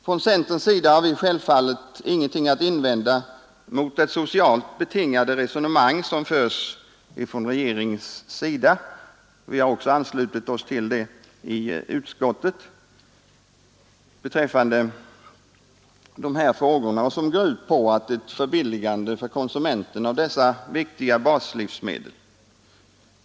Från centerns sida har vi självfallet ingenting att invända mot det socialt betingade resonemang som förs av regeringen — vi har också anslutit oss till det i utskottet — som går ut på ett förbilligande för konsumenten av dessa viktiga baslivsmedel.